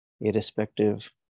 irrespective